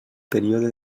període